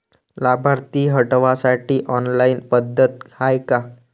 लाभार्थी हटवासाठी ऑनलाईन पद्धत हाय का?